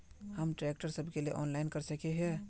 हम ट्रैक्टर सब के लिए ऑनलाइन कर सके हिये?